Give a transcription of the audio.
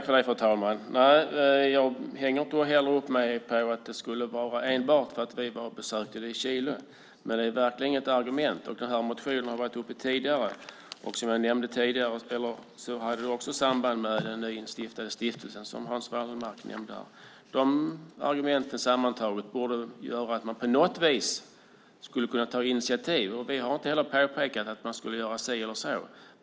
Fru talman! Inte heller jag hänger upp mig enbart på utskottets besök i Chile, men det är verkligen ett argument. Motionen i fråga har tidigare tagits upp. Som jag tidigare nämnt fanns det också ett samband med den nyinstiftade stiftelse som Hans Wallmark här nämnde om. Sammantaget borde de här argumenten göra att man på något vis kunde ta ett initiativ. Vi har inte sagt att man ska göra si eller så.